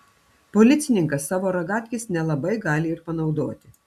policininkas savo ragatkės nelabai gali ir panaudoti